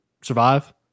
survive